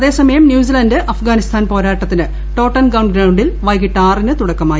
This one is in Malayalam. അതെസമയം ന്യൂസിലൻഡ് അഫ്ഗാനിസ്ഥാൻ പോരാട്ടത്തിന് ടോണ്ടൻ കൌണ്ട് ഗ്രൌണ്ടിൽ വൈകിട്ട് ആറിന് തുടക്കമായി